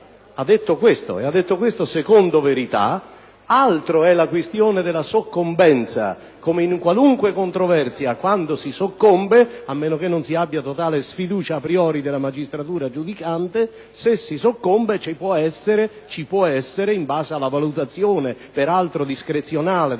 vive non ci sono; ha detto questo secondo verità. Altra è la questione della soccombenza: come in qualunque controversia, quando si soccombe, a meno che non si abbia assoluta sfiducia *a priori* nella magistratura giudicante, ci può essere, in base alla valutazione - peraltro discrezionale